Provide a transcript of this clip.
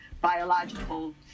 biological